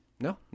No